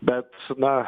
bet na